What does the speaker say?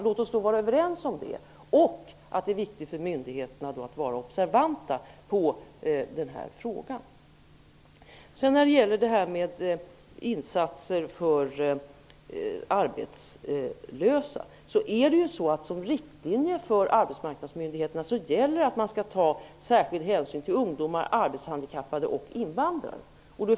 Låt oss vara överens om det och om att det är viktigt att myndigheterna är observanta på denna fråga. Vad sedan beträffar insatser för arbetslösa gäller som riktlinje för arbetsmarknadsmyndigheterna att man skall ta särskild hänsyn till ungdomar, arbetshandikappade och invandrare.